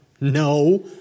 No